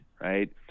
right